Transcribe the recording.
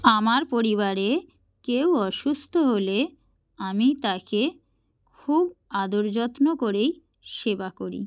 আমার পরিবারে কেউ অসুস্থ হলে আমি তাকে খুব আদর যত্ন করেই সেবা করি